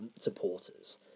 supporters